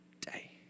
day